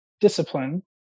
discipline